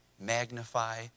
magnify